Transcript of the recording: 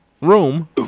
room